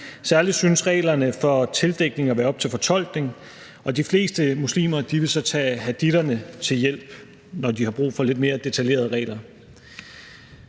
Særlig synes reglerne for tildækning at være op til fortolkning, og de fleste muslimer vil så tage haditherne til hjælp, når de har brug for lidt mere detaljerede regler.